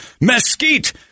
mesquite